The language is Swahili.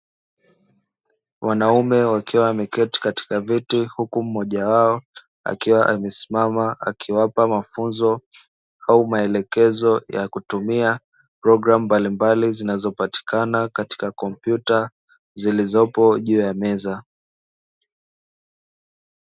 Wanaume wakiwa wameketi katika viti huku mmoja wao akiwa amesimama akiwapa mafunzo au melekezo ya kutumia programu mbalimbali zinazopatikana katika kompyuta zilizopo juu ya meza .